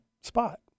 spot